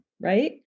right